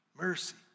Mercy